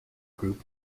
group